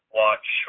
watch